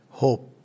hope।